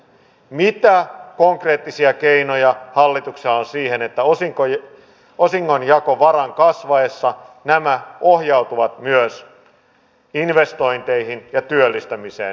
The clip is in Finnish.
mitä konkreettisia keinoja hallituksella on siihen että osingonjakovaran kasvaessa nämä ohjautuvat myös investointeihin ja työllistämiseen